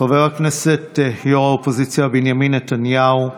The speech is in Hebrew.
חבר הכנסת ראש האופוזיציה בנימין נתניהו,